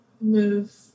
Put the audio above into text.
move